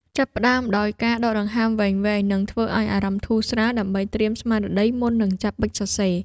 ចាប់ផ្ដើមដោយការដកដង្ហើមវែងៗ និងធ្វើឱ្យអារម្មណ៍ធូរស្រាល ដើម្បីត្រៀមស្មារតីមុននឹងចាប់ប៊ិចសរសេរ។